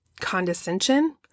condescension